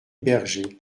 berger